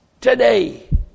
today